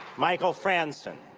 michael frandsen,